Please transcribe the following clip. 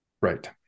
Right